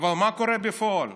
אבל מה קורה בפועל?